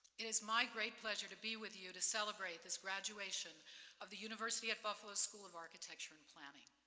it is my great pleasure to be with you to celebrate this graduation of the university at buffalo school of architecture and planning.